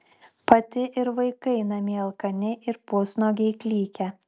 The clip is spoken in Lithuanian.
pati ir vaikai namie alkani ir pusnuogiai klykia